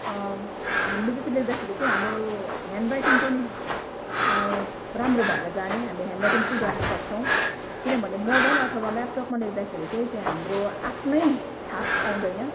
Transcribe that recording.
हामीले त्यसरी लेख्दाखेरि चाहिँ हाम्रो ह्यान्डराइटिङ पनि राम्रो भएर जाने हाम्रो ह्यान्डराइटिङ सुधार्न सक्छौँ किनभने मोबाइल अथवा ल्यापटपमा लेख्दाखेरि चाहिँ त्यहाँ हाम्रो आफ्नै छाप आउँदैन